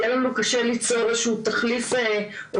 יהיה לנו קשה מאוד ליצור איזה שהוא תחליף או